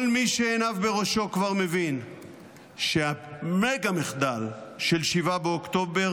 כל מי שעיניו בראשו כבר מבין שהמגה-מחדל של 7 באוקטובר